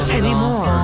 anymore